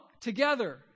together